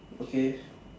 okay